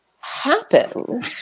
happen